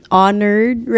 honored